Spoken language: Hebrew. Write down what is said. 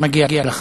מגיע לך.